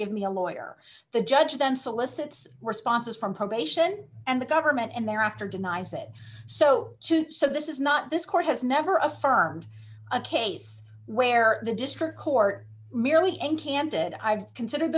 give me a lawyer the judge then solicits responses from probation and the government and thereafter denies it so so this is not this court has never affirmed a case where the district court merely in candid i've considered